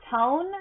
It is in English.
tone